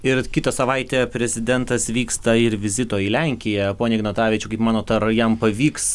ir kitą savaitę prezidentas vyksta ir vizito į lenkiją pone ignatavičiau kaip manot ar jam pavyks